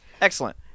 Excellent